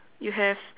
you have